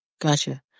Gotcha